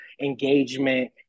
engagement